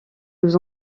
nous